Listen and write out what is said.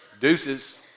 deuces